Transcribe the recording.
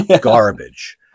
garbage